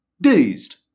dazed